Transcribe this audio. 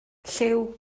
llyw